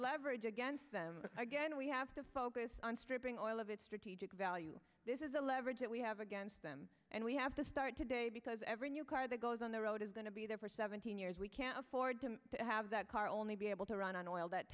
leverage against them again we have to focus on stripping oil of its strategic value this is the leverage that we have against them and we have to start today because every new car that goes on the road is going to be there for seventeen years we can't afford to have that car only be able to run on oil that